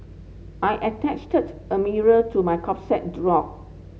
I attach a mirror to my draw